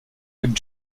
avec